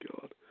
God